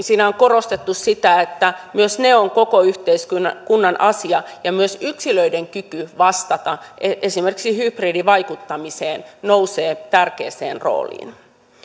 siinä on korostettu sitä että myös ne ovat koko yhteiskunnan asia ja myös yksilöiden kyky vastata esimerkiksi hybridivaikuttamiseen nousee tärkeään rooliin